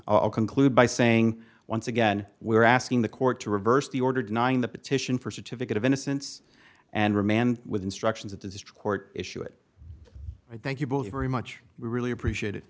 i'll conclude by saying once again we're asking the court to reverse the order denying the petition for certificate of innocence and remand with instructions of district court issue it i thank you both very much really appreciate it